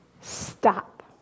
stop